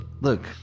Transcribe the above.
Look